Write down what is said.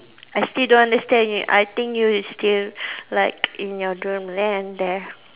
I still don't understand you I think you still like in your dream land there